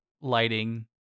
lighting